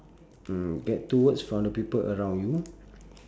mm get two words from the people around you